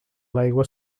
l’aigua